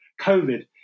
COVID